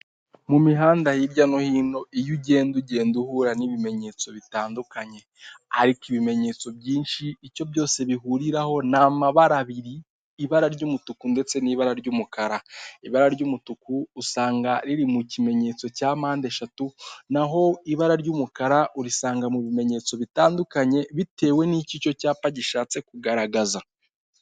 Mu mihanda hirya no hino, iyo ugenda ugenda uhura n'ibimenyetso bitandukanye, ariko ibimenyetso byinshi icyo byose bihuriraho ni amabara abiri, ibara ry'umutuku ndetse n'ibara ry'umukara, ibara ry'umutuku usanga riri mu kimenyetso cya mpande eshatu naho ibara ry'umukara urisanga mu bimenyetso bitandukanye bitewe n'icyo icyo cyapa gishatse kugaragaza.